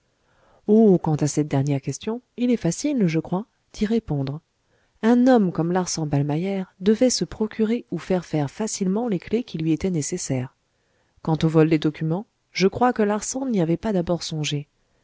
oh quant à cette dernière question il est facile je crois d'y répondre un homme comme larsan ballmeyer devait se procurer ou faire faire facilement les clefs qui lui étaient nécessaires quant au vol des documents je crois que larsan n'y avait pas d'abord songé